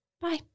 Bye